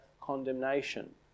condemnation